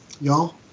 y'all